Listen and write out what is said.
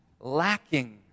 lacking